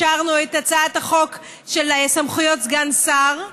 אישרנו את הצעת החוק של סמכויות סגן שר,